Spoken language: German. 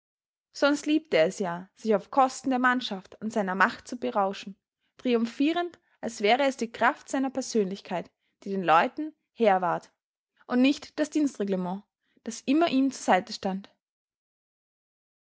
sonst liebte er es ja sich auf kosten der mannschaft an seiner macht zu berauschen triumphierend als wäre es die kraft seiner persönlichkeit die den leuten herr ward und nicht das dienstreglement das immer ihm zur seite stand